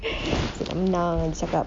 nak menang dia cakap